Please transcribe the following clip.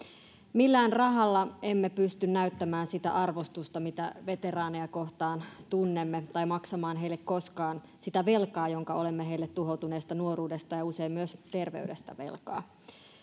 millään rahalla emme pysty näyttämään sitä arvostusta mitä veteraaneja kohtaan tunnemme tai maksamaan heille koskaan sitä velkaa jonka olemme heille tuhoutuneesta nuoruudesta ja usein myös terveydestä velkaa